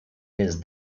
his